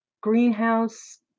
greenhouse